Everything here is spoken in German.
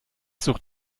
sucht